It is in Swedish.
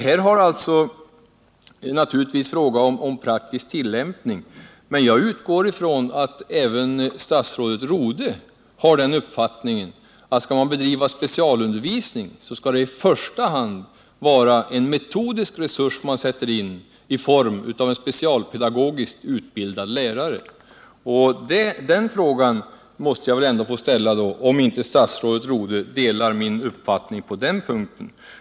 Här är det naturligtvis fråga om praktisk tillämpning, men jag utgår ifrån att även statsrådet Rodhe har den uppfattningen, att skall man bedriva specialundervisning, skall man i första hand sätta in en metodisk resurs i form av en specialpedagogiskt utbildad lärare. Jag måste få fråga om inte statsrådet delar min uppfattning på denna punkt.